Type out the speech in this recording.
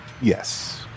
yes